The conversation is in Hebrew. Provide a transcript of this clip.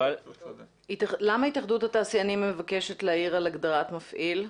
למה התאחדות התעשיינים מבקשת להעיר על הגדרת מפעיל?